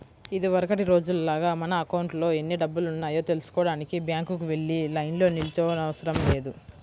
ఇదివరకటి రోజుల్లాగా మన అకౌంట్లో ఎన్ని డబ్బులున్నాయో తెల్సుకోడానికి బ్యాంకుకి వెళ్లి లైన్లో నిల్చోనవసరం లేదు